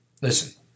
Listen